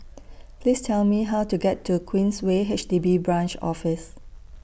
Please Tell Me How to get to Queensway H D B Branch Office